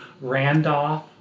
Randolph